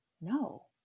no